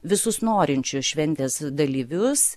visus norinčius šventės dalyvius